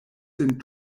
sin